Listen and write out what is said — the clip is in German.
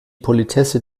politesse